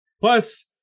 Plus